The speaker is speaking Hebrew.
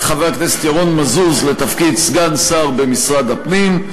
את חבר הכנסת ירון מזוז לתפקיד סגן שר במשרד הפנים.